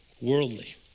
worldly